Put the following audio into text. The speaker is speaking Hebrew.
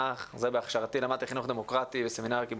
בהכשרתי למדתי חינוך דמוקרטי בסמינר הקיבוצים.